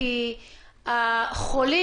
כי החולים,